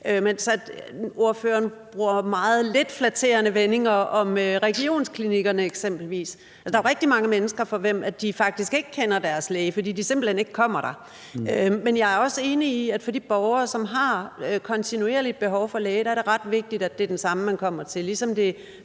Men ordføreren bruger meget lidt flatterende vendinger om regionsklinikkerne eksempelvis. Og der er jo rigtig mange mennesker, for hvem det er sådan, at de faktisk ikke kender deres læge, fordi de simpelt hen ikke kommer der. Men jeg er også enig i, at for de borgere, som har kontinuerligt behov for læge, er det ret vigtigt, at det er den samme, man kommer til;